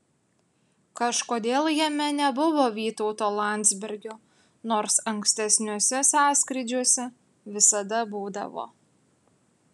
kažkodėl jame nebuvo vytauto landsbergio nors ankstesniuose sąskrydžiuose visada būdavo